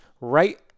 right